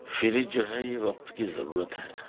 fridge جو ہے وقت کی ضرورت ہے